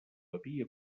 havia